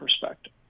perspective